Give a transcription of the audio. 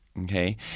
okay